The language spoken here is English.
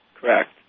Correct